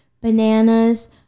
bananas